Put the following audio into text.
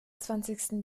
zwanzigsten